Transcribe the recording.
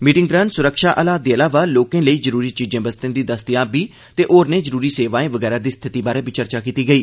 meeting दौरान सुरक्षा हालात दे इलावा लोकें लेई जरूरी चीजें बस्तें दी दस्तयाबी ते जरूरी सेवाएं बगैरा दी स्थिति बारै बी चर्चा कीती गेई